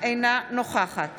אינה נוכחת